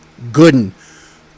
Gooden